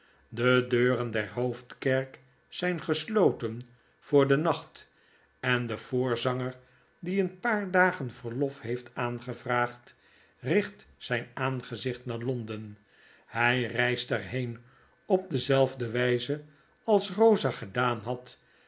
de deuren der hoofdkerk zyn gesloten voor den nacht en de voorzanger die een paar dagen vei'lof heeft aangevraagd richt zjn aangezicht naar londen hj reist er heen op dezelfde wgze als eosa gedaan had